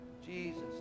Jesus